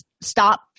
stop